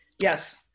Yes